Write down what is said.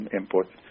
input